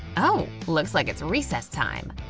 ooh looks like it's recess time!